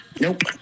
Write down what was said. Nope